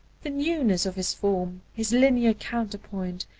the newness of his form, his linear counterpoint,